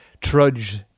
trudge